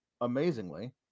amazingly